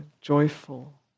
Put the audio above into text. joyful